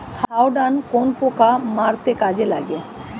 Thiodan কোন পোকা মারতে কাজে লাগে?